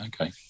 okay